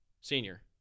Senior